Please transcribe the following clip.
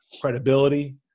credibility